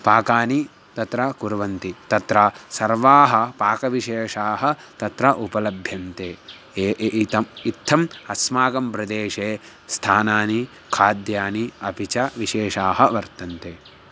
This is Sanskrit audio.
पाकानि तत्र कुर्वन्ति तत्र सर्वाः पाकविशेषाः तत्र उपलभ्यन्ते ए इत्थम् इत्थम् अस्माकं प्रदेशे स्थानानि खाद्यानि अपि च विशेषाः वर्तन्ते